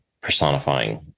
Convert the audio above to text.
personifying